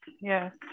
yes